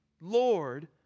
Lord